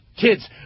kids